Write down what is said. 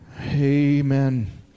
amen